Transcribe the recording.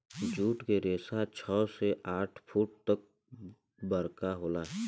जुट के रेसा छव से आठ फुट तक बरका होला